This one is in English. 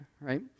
right